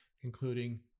including